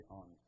on